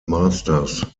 masters